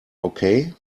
okay